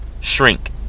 shrink